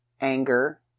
anger